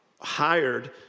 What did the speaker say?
hired